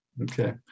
okay